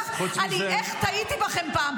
איך טעיתי בכם פעם?